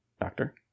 doctor